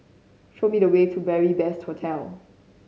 show me the way to Beary Best Hostel